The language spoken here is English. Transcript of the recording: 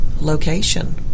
location